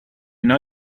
know